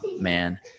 man